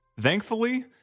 Thankfully